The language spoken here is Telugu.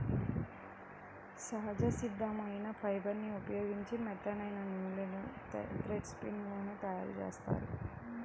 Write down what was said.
సహజ సిద్ధమైన ఫైబర్ని ఉపయోగించి మెత్తనైన నూలు, థ్రెడ్ స్పిన్ లను తయ్యారుజేత్తారు